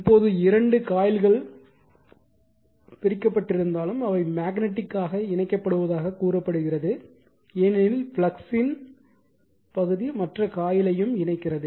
இப்போது 2 காயில்கள் பிரிக்கப்பட்டிருந்தாலும் அவை மேக்னட்டிக் ஆக இணைக்கப்படுவதாகக் கூறப்படுகிறது ஏனெனில் ஃப்ளக்ஸின் ஃப்ளக்ஸ் பகுதி மற்ற காயிலையும் இணைக்கிறது